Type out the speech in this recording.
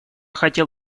хотел